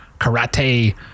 karate